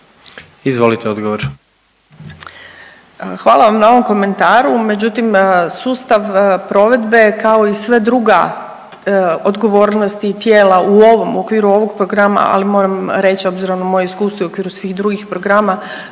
Spomenka** Hvala vam na ovom komentaru, međutim sustav provedbe kao i sva druga odgovornost i tijela u ovom, u okviru ovog programa ali moram reći obzirom na moje iskustvo i u okviru svih drugih programa